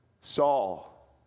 Saul